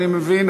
אני מבין,